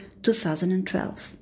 2012